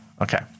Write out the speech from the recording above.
Okay